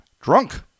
drunk